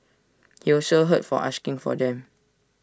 he also heard for asking for them